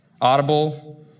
Audible